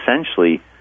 essentially